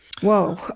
Whoa